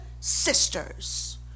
sisters